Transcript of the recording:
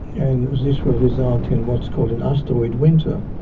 and this will result in what is called an asteroid winter,